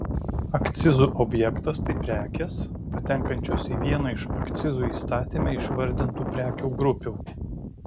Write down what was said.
akcizų objektas tai prekės patenkančios į vieną iš akcizų įstatyme išvardintų prekių grupių